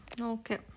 Okay